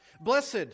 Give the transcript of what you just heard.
Blessed